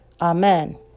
Amen